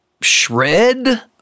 shred